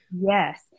Yes